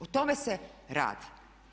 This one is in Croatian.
O tome se radi.